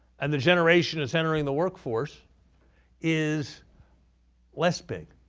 and the generation that's entering the workforce is less big.